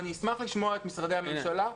אני אשמח לשמוע את משרדי הממשלה,